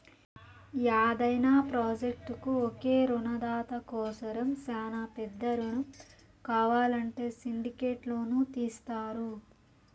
యాదైన ప్రాజెక్టుకు ఒకే రునదాత కోసరం శానా పెద్ద రునం కావాలంటే సిండికేట్ లోను తీస్తారు